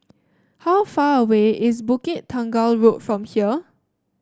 how far away is Bukit Tunggal Road from here